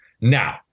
Now